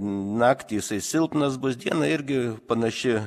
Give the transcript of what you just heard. naktį jisai silpnas bus dieną irgi panaši